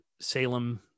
Salem